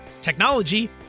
technology